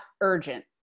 urgent